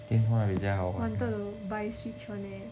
电话比较好玩